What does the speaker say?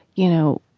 you know,